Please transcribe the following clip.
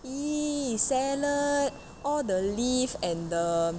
!ee! salad all the leaf and the